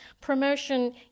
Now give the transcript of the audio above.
promotion